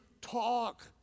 talk